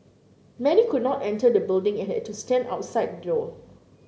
many could not enter the building and had to stand outside the door